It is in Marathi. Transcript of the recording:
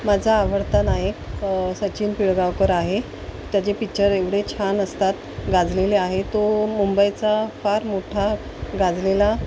माझा आवडता नायक सचिन पिळगावकर आहे त्याचे पिच्चर एवढे छान असतात गाजलेले आहे तो मुंबईचा फार मोठा गाजलेला